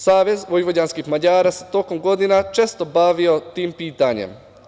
Savez vojvođanskih Mađara se tokom godina često bavio tim pitanjem.